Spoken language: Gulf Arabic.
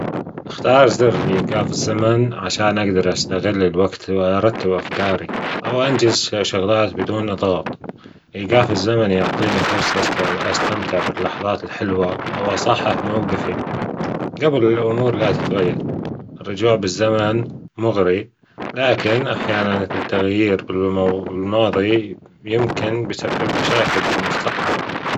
أختار زر أيجاف الزمن علشان أجدر أستغل الوجت وأرتب أفكارى أو أنجز فى شغلات بدون نت - ايجاف الزمن يعطينى فرصة أن أستمتع بالرحلات الحلوة او أصحح موجفى جبل الامور لا تتغير الرجوع بالزمن مغرى لاكن أحيانا التغيير فى الماضى يمكن بيسبب مشاكل فى المستقبل